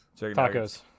Tacos